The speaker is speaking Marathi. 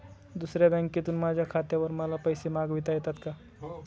दुसऱ्या बँकेतून माझ्या खात्यावर मला पैसे मागविता येतात का?